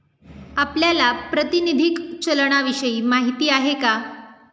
आपल्याला प्रातिनिधिक चलनाविषयी माहिती आहे का?